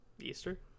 Easter